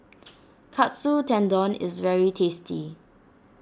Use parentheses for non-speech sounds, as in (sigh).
(noise) Katsu Tendon is very tasty